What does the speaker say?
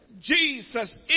Jesus